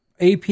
AP